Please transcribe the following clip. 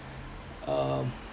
um